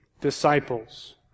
disciples